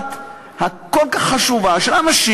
המבט הכל-כך חשובה של אנשים